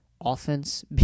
offense